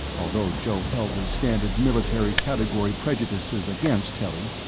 although joe held the standard military category prejudices against telly,